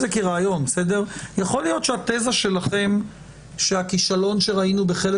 זה כרעיון יכול להיות שהתיזה שלכם שהכישלון שראינו בחלק